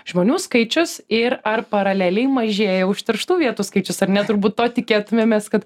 žmonių skaičius ir ar paraleliai mažėja jau užterštų vietų skaičius ar ne turbūt to tikėtumėmės kad